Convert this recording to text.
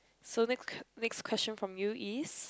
so next next question from you is